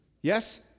Yes